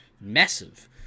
massive